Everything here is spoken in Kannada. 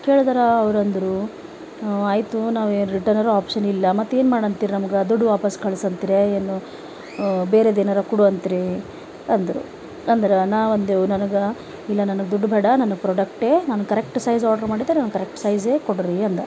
ಕೇಳಿದ್ರ ಅವರು ಅಂದರು ಆಯಿತು ನಾವು ರಿಟರ್ನರ ಆಪ್ಶನ್ ಇಲ್ಲ ಮತ್ತೇನು ಮಾಡಂತಿರ ನಮಗ ದುಡ್ಡು ವಾಪಾಸ್ ಕಳಸಂತೀರ ಏನು ಬೇರೆದು ಏನರ ಕೊಡು ಅಂತೀರಿ ಅಂದರು ಅಂದ್ರೆ ನಾವು ಅಂದೆವು ನನಗ ಇಲ್ಲ ನನಗ ದುಡ್ಡು ಬೇಡ ನನ್ನ ಪ್ರೊಡಕ್ಟೆ ನಾನು ಕರೆಕ್ಟ್ ಸೈಜ್ ಆರ್ಡರ್ ಮಾಡಿದ್ದೆ ನನಗ ಕರೆಕ್ಟ್ ಸೈಜೆ ಕೊಡಿರಿ ಅಂದ